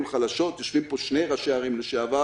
החלשות יושבים פה שני ראשי ערים לשעבר